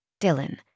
Dylan